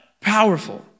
Powerful